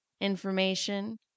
information